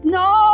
no